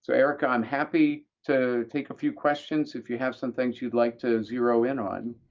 so erica, i'm happy to take a few questions if you have some things you'd like to zero in on.